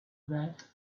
that